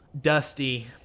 Dusty